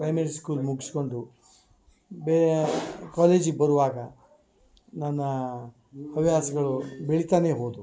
primary school ಮುಗ್ಸ್ಕೊಂಡು ಬೇರೆ ಕಾಲೇಜಿಗ ಬರುವಾಗ ನನ್ನ ಹವ್ಯಾಸಗಳು ಬೆಳಿತಾನೆ ಹೋದ್ವು